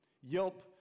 Yelp